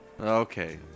okay